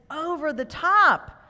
over-the-top